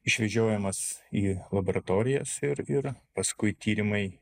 išvežiojamas į laboratorijas ir ir paskui tyrimai